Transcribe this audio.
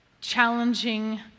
challenging